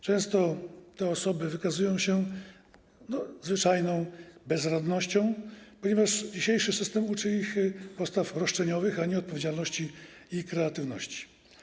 Często te osoby wykazują się zwyczajną bezradnością, ponieważ dzisiejszy system uczy ich postaw roszczeniowych, a nie odpowiedzialności i kreatywności.